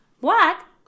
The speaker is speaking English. Black